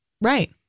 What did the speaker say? Right